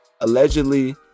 allegedly